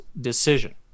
decision